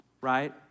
right